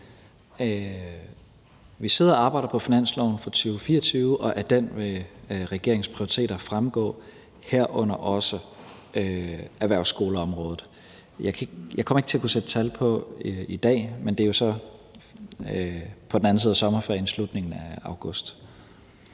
Vi sidder og arbejder på finansloven for 2024, og af den vil regeringens prioriteter fremgå, herunder erhvervsskoleområdet. Jeg kommer ikke til at kunne sætte tal på i dag, men det er jo så på den anden side af sommerferien i slutningen af august.